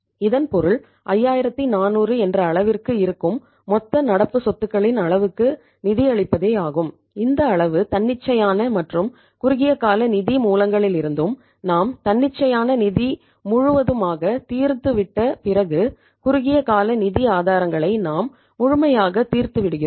இதன் பொருள் 5400 என்ற அளவிற்கு இருக்கும் மொத்த நடப்பு சொத்துக்களின் அளவுக்கு நிதியளிப்பதே ஆகும் இந்த அளவு தன்னிச்சையான மற்றும் குறுகிய கால நிதி மூலங்களிலிருந்தும் நாம் தன்னிச்சையான நிதி முழுவதுமாக தீர்ந்துவிட்ட பிறகு குறுகிய கால நிதி ஆதாரங்களை நாம் முழுமையாக தீர்த்துவிடுகிறோம்